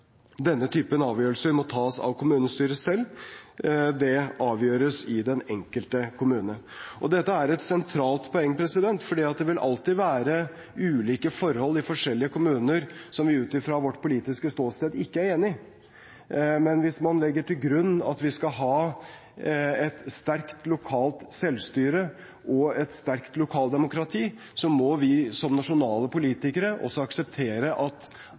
denne typen avgjørelser må tas av kommunestyret selv, det avgjøres i den enkelte kommune. Dette er et sentralt poeng, for det vil alltid være ulike forhold i forskjellige kommuner som vi, ut fra vårt politiske ståsted, ikke er enig i. Men hvis man legger til grunn at vi skal ha et sterkt lokalt selvstyre og et sterkt lokaldemokrati, må vi som nasjonale politikere også akseptere at